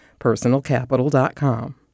Personalcapital.com